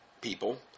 people